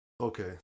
Okay